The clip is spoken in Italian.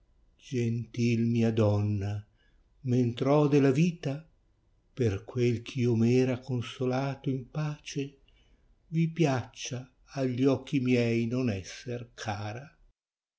gentil mia donna mentr ho della vita per quel ch io m era consolato in pace ti piaccia agli occhi miei non esser cara